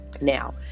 now